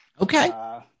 Okay